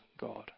God